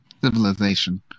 civilization